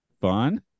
fun